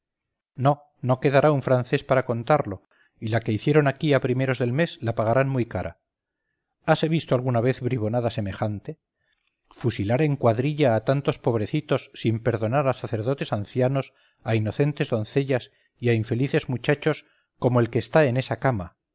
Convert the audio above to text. no no quedará un francés para contarlo y la que hicieron aquí a primeros del mes la pagarán muycara hase visto alguna vez bribonada semejante fusilar en cuadrilla a tantos pobrecitos sin perdonar a sacerdotes ancianos a inocentes doncellas y a infelices muchachos como el que está en esa cama